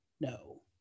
no